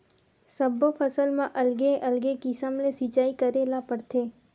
सब्बो फसल म अलगे अलगे किसम ले सिचई करे ल परथे